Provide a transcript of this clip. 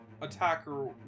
attacker